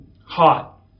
hot